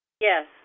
Yes